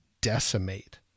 decimate